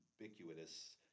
ubiquitous